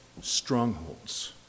strongholds